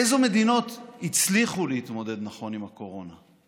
אילו מדינות הצליחו להתמודד נכון עם הקורונה?